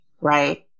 right